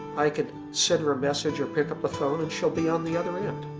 i can send her a message or pick up the phone and she'll be on the other end